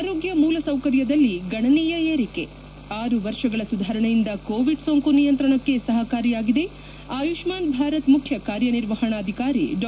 ಆರೋಗ್ನ ಮೂಲಸೌಕರ್ಯದಲ್ಲಿ ಗಣನೀಯ ಏರಿಕೆ ಆರು ವರ್ಷಗಳ ಸುಧಾರಣೆಯಿಂದ ಕೋವಿಡ್ ಸೋಂಕು ನಿಯಂತ್ರಣಕ್ಕೆ ಸಪಕಾರಿಯಾಗಿದೆ ಆಯುಷ್ನಾನ್ ಭಾರತ್ ಮುಖ್ಯ ಕಾರ್ಯನಿರ್ವಪಣಾಧಿಕಾರಿ ಡಾ